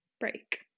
break